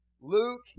Luke